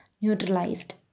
neutralized